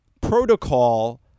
protocol